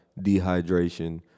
dehydration